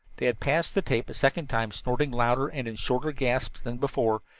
they had passed the tape a second time, snorting louder and in shorter gasps than before,